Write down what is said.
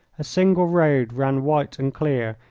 a single road ran white and clear,